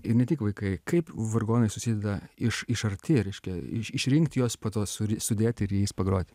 ir ne tik vaikai kaip vargonai susideda iš iš arti reiškia iš išrinkti juos po tos sudėti ir jais pagroti